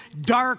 dark